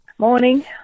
Morning